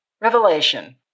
Revelation